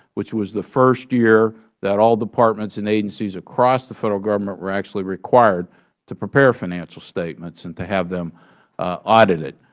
which was the first year that all departments and agencies across the federal government were actually required to prepare financial statements and to have them them audited.